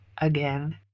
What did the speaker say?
again